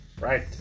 right